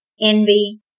envy